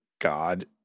God